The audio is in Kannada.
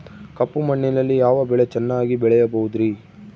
ಕಪ್ಪು ಮಣ್ಣಿನಲ್ಲಿ ಯಾವ ಬೆಳೆ ಚೆನ್ನಾಗಿ ಬೆಳೆಯಬಹುದ್ರಿ?